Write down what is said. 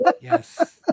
Yes